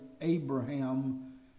Abraham